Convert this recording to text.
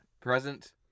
present